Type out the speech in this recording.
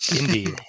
Indeed